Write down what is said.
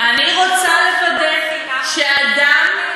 אני רוצה לוודא שאדם,